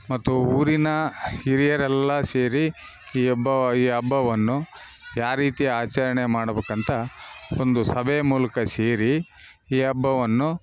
ಮತ್ತು ಊರಿನ ಹಿರಿಯರೆಲ್ಲ ಸೇರಿ ಈ ಹಬ್ಬ ಈ ಹಬ್ಬವನ್ನು ಯಾರೀತಿ ಆಚರಣೆಮಾಡ್ಬೇಕಂತ ಒಂದು ಸಭೆಯ ಮೂಲಕ ಸೇರಿ ಈ ಹಬ್ಬವನ್ನು